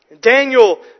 Daniel